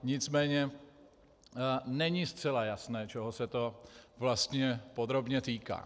Nicméně není zcela jasné, čeho se to podrobně týká.